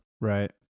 Right